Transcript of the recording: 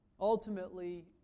Ultimately